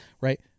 right